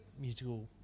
musical